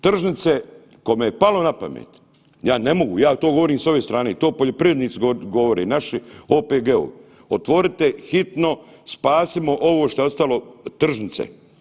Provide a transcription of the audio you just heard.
Tržnice, kome je palo na pamet, ja ne mogu, ja to govorim s ove strane, to poljoprivrednici govore, naši OPG-ovi, otvorite hitno, spasimo ovo što je ostalo tržnice.